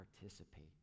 participate